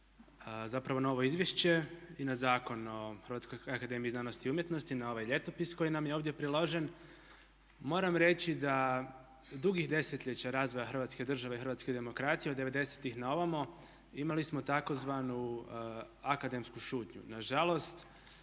zapravo na ovo izvješće i na Zakon o Hrvatskoj akademiji znanosti i umjetnosti, na ovaj ljetopis koji nam je ovdje priložen. Moram reći da dugih desetljeća razvoja Hrvatske države i hrvatske demokracije od '90-ih na ovamo imali smo tzv. akademsku šutnju. Nažalost,